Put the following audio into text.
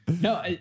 No